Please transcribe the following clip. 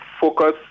focus